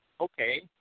okay